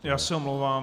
Já se omlouvám.